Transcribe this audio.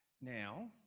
Now